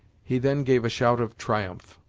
he then gave a shout of triumph.